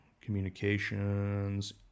communications